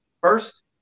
first